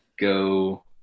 go